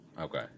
Okay